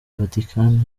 vatican